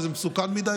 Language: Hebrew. או שזה מסוכן מדי,